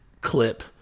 clip